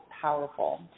powerful